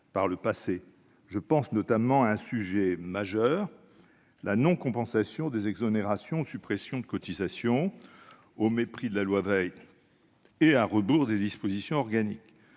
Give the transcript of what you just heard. par l'exécutif. Je pense notamment à un sujet majeur, la non-compensation des exonérations et suppressions de cotisations, décidée au mépris de la loi Veil de 1994 et à rebours des dispositions organiques.